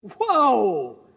Whoa